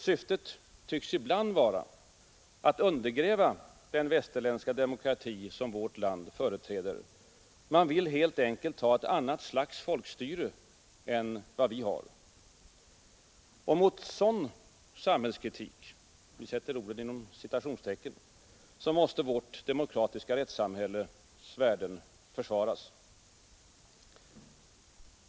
Syftet tycks ibland vara att undergräva den västerländska demokrati som vårt land företräder. Man vill helt enkelt ha ett annat slags folkstyre än vad vi har. Mot sådan ”samhällskritik” måste vårt demokratiska rättssamhälles värden försvaras.